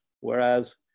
whereas